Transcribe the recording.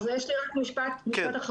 יש לי רק משפט אחרון.